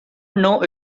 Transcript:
know